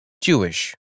Jewish